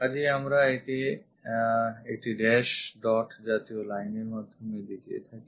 কাজেই আমরা একে একটি dash dot জাতীয় line এর মাধ্যমে দেখিয়ে থাকি